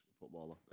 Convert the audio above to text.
footballer